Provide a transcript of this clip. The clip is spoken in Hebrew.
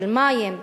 של מים,